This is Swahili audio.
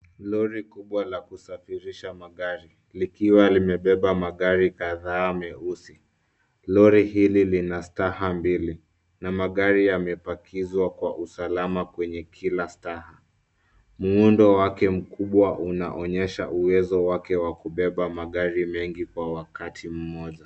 Lori kubwa la kusafirisha magari, likiwa limebeba magari kadhaa meusi. Lori hili lina staha mbili , na magari yamepakizwa kwa usalama kwenye kila staha. Muundo wake mkubwa unaonyesha uwezo wake wa kubeba magari mengi kwa wakati mmoja.